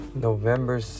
November